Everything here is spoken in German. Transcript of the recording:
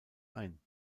ein